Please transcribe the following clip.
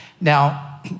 Now